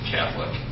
Catholic